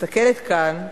מסתכלת כאן,